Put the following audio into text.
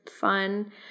fun